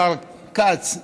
השר כץ,